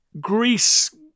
Greece